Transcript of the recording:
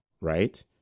right